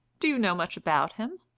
do you know much about him?